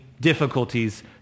difficulties